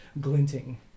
glinting